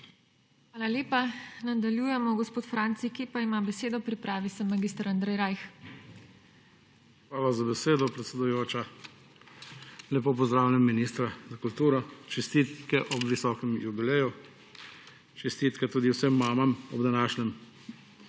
Hvala lepa. Nadaljujemo. Gospod Franci Kepa ima besedo, pripravi se mag. Andrej Rajh. **FRANCI KEPA (PS SDS):** Hvala za besedo, predsedujoča. Lepo pozdravljam ministra za kulturo! Čestitke ob visokem jubileju. Čestitke tudi vsem mamam ob današnjem